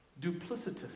duplicitous